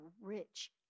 rich